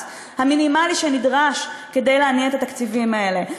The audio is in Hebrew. המינימלי שנדרש כדי להניע את התקציבים האלה.